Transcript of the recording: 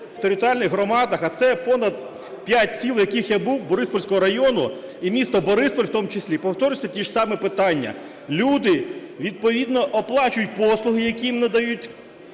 в територіальних громадах, а це понад 5 сіл, в яких я був, Бориспільського району, і міста Бориспіль в тому числі, повторюються ті ж самі питання: люди відповідно оплачують послуги, які їм надають